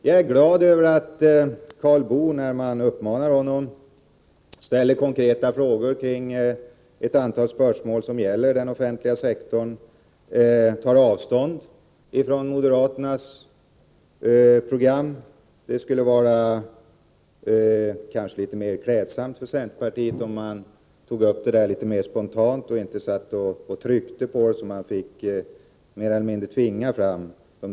Jag är glad över att Karl Boo svarar konkret på viktiga frågor som gäller den offentliga sektorn, när man uppmanar honom att göra detta, och att han tar avstånd från moderaternas program på flera viktiga punkter. Men det skulle kanske vara litet mer klädsamt för centerpartiet om dess representanter gjorde de markeringarna litet mer spontant och inte satt och tryckte på dem så att man får mer eller mindre tvinga fram dem.